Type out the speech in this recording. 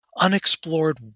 unexplored